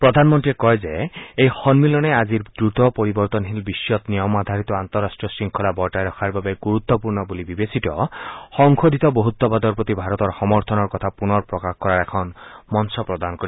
প্ৰধানমন্ত্ৰীয়ে কয় যে এই সন্মিলনে আজিৰ দ্ৰুত পৰিবৰ্তনশীল বিশ্বত নিয়ম আধাৰিত আন্তঃৰাষ্ট্ৰীয় শৃংখলা বৰ্তাই ৰখাৰ বাবে গুৰুত্পূৰ্ণ বুলি বিবেচিত সংশোধিত বহুত্বাদৰ প্ৰতি ভাৰতৰ সমৰ্থনৰ কথা পুনৰ প্ৰকাশ কৰাৰ এখন মঞ্চ প্ৰদান কৰিব